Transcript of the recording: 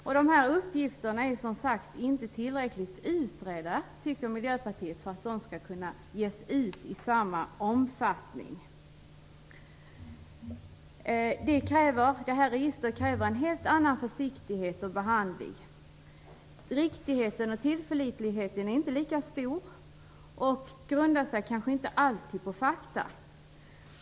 Miljöpartiet tycker inte att dessa uppgifter inte är tillräckligt utredda för att kunna ges ut i samma omfattning. Det här registret kräver en helt annan försiktighet och behandling. Riktigheten och tillförlitligheten är inte lika stor. Uppgifterna grundar sig kanske inte alltid på fakta.